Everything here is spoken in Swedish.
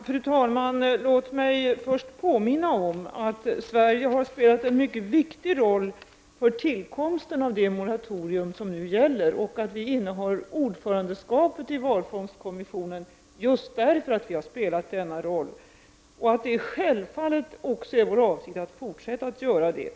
Fru talman! Låt mig först påminna om att Sverige har spelat en mycket viktig roll för tillkomsten av det moratorium som nu gäller och att vi innehar ordförandeskapet i valfångstkommissionen just därför att vi har spelat denna roll. Det är självfallet vår avsikt att fortsätta att göra det.